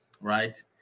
right